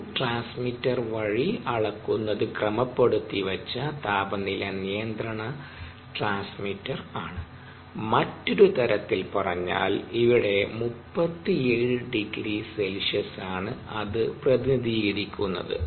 ഒരു ട്രാൻസ്മിറ്റർ വഴി അളക്കുന്നത് ക്രമപ്പെടുത്തി വച്ച താപനില നിയന്ത്രണ ട്രാൻസ്മിറ്റർ ആണ് മറ്റൊരു തരത്തിൽ പറഞ്ഞാൽ ഇവിടെ 370C ആണ് അത് പ്രതിനിധീകരിക്കുന്നത്